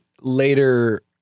later